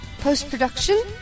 Post-production